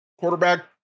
Quarterback